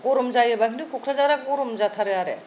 गरम जायोबा खिनथु क'क्राझारा गरम जाथारो आरो